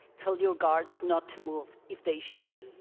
tell your guards not to move. if they should,